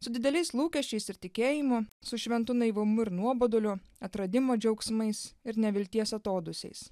su dideliais lūkesčiais ir tikėjimu su šventu naivumu ir nuoboduliu atradimo džiaugsmais ir nevilties atodūsiais